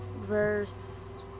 verse